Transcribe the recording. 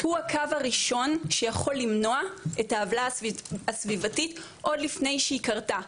הוא הקו הראשון שיכול למנוע את העוולה הסביבתית עוד לפני שהיא קרתה,